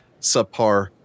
subpar